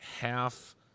half